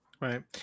right